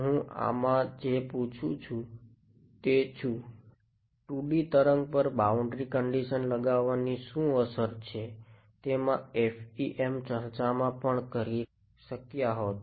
હું આમાં જે પૂછું છું તે છું 2D તરંગ પર બાઉન્ડ્રી કંડીશન લગાવવાની શું અસર છે તમે FEM ચર્ચામાં પણ કરી શક્યા હોત